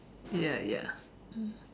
ya ya